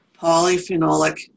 polyphenolic